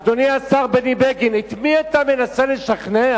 אדוני השר בני בגין, את מי אתה מנסה לשכנע?